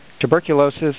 tuberculosis